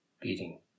beating